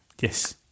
Yes